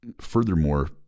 furthermore